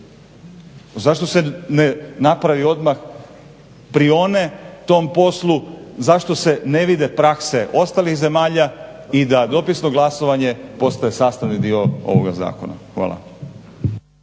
Zašto se ne napravi odmah, prione tom poslu, zašto se ne vide prakse ostalih zemalja i da dopisno glasovanje postaje sastavni dio ovoga zakona. Hvala.